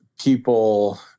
people